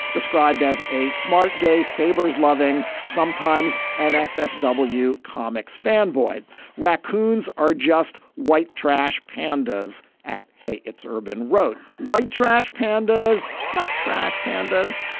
described as a smart gay, sabre's loving sometimes and assefa w comics fanboy raccoons are just white trash pandas at hey, it's urban wrote white trash pandas, not trash pandas.